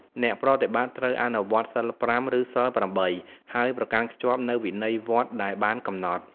អ្នកប្រតិបត្តិត្រូវអនុវត្ត សីល៥ ឬ សីល៨ ហើយប្រកាន់ខ្ជាប់នូវវិន័យវត្តដែលបានកំណត់។